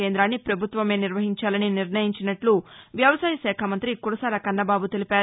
కేందాన్ని పభుత్వమే నిర్వహించాలని నిర్ణయించినట్ల వ్యవసాయ శాఖ మంతి కురసాల కన్నబాబు తెలిపారు